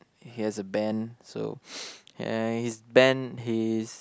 he has a band so yeah his band his